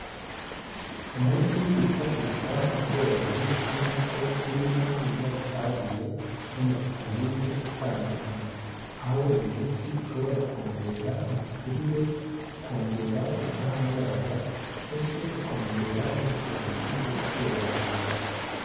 Umuti wifashishwa mu bworozi bw'inkoko urimo ibinyabutabire n'ama vitamine atandukanye, aho uyu muti ushobora kongera imikurire, ukongera ubudahangarwa ndetse ukongera n'ubushobozi bwo gutera amagi.